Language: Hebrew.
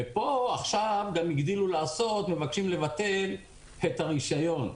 ופה הגדילו לעשות ומבקשים לבטל את הרישיון.